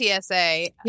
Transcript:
TSA